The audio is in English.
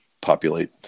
populate